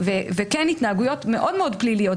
וכן התנהגויות מאוד מאוד פליליות.